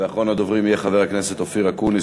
ואחרון הדוברים יהיה חבר הכנסת אופיר אקוניס,